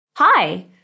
Hi